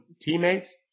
teammates